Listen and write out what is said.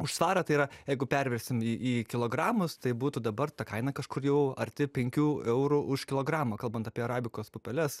už svarą tai yra jeigu pervesim į į kilogramus tai būtų dabar ta kaina kažkur jau arti penkių eurų už kilogramą kalbant apie arabikos pupeles